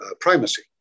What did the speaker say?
primacy